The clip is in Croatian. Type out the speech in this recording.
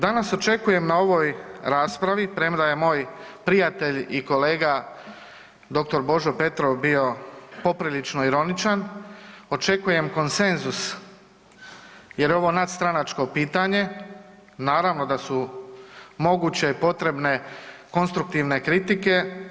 Danas očekujem na ovoj raspravi premda je moj prijatelj i kolega dr. Božo Petrov bio poprilično ironičan, očekujem konsenzus jer je ovo nadstranačko pitanje, naravno da su moguće i potrebne konstruktivne kritike.